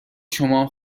شما